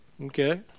Okay